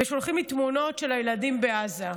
ושולחים לי תמונות של הילדים בעזה.